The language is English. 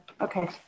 okay